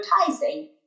advertising